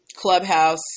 Clubhouse